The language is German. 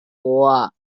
vor